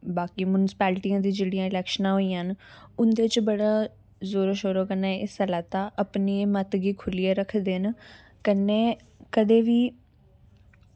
बाकी म्युनिसीपालिटी दियां जेह्ड़ियां इलेक्शनां होइयां न उंदे च बड़ा जोरै शोरै कन्नै हिस्सा लैता अपनी मत गी खुल्लियै रक्खदे न कन्नै कदें बी